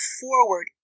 forward